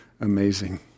amazing